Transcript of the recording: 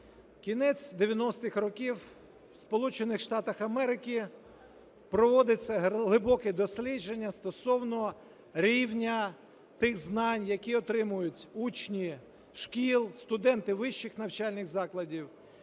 Штатах Америки проводиться глибоке дослідження стосовно рівня тих знань, які отримують учні шкіл, студенти вищих навчальних закладів.